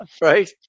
Right